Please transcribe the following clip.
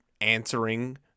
answering